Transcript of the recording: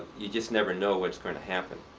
you just never know what's going to happen.